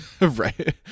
Right